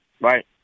Right